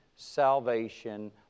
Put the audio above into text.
salvation